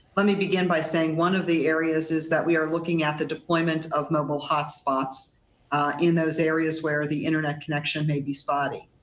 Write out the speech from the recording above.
let me begin by saying one of the areas is that we are looking at the deployment of mobile hotspots in those areas where the internet connection may be spotty.